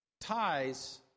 ties